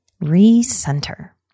Re-center